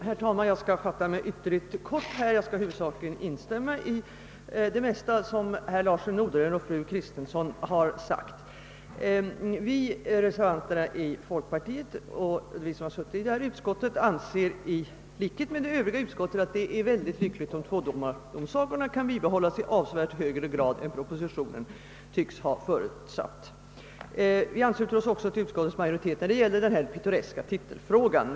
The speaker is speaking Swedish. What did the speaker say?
Herr talman! Jag skall fatta mig ytterligt kort. Jag skall huvudsakligen in stämma i det mesta som herr Larsson i Norderön och fru Kristensson har sagt. Vi reservanter från folkpartiet som har deltagit i utskottsbehandlingen i frågan anser i likhet med andra ledamöter av utskottet, att det är mycket lyckligt, om tvådomardomsagorna kan bibehållas i avsevärt större utsträckning än som tycks ha förutsetts i propositionen. Vi ansluter oss också till utskottets majoritet vad beträffar den pittoreska titelfrågan.